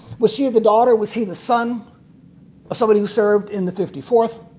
was she the daughter, was he the son of somebody who served in the fifty fourth?